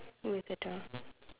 with a door